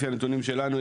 לפי הנתונים שלנו,